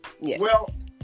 Yes